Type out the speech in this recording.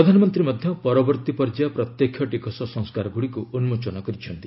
ପ୍ରଧାନମନ୍ତ୍ରୀ ମଧ୍ୟ ପରବର୍ତ୍ତୀ ପର୍ଯ୍ୟାୟ ପ୍ରତ୍ୟକ୍ଷ ଟିକସ ସଂସ୍କାରଗୁଡ଼ିକୁ ଉନ୍ମୋଚନ କରିଛନ୍ତି